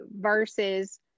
versus